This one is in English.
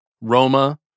Roma